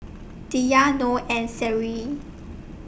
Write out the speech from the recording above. Dhia Nor and Seri